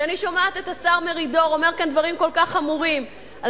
כשאני שומעת את השר מרידור אומר כאן דברים כל כך חמורים על